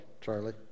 Charlie